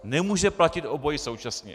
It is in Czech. Nemůže platit obojí současně.